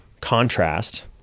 contrast